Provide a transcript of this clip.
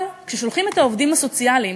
אבל כששולחים את העובדים הסוציאליים,